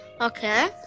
okay